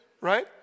right